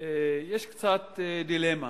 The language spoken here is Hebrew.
יש קצת דילמה